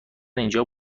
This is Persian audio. اینجا